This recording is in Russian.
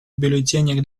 бюллетенях